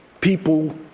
people